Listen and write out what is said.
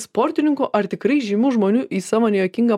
sportininkų ar tikrai žymių žmonių į savo nejuokingą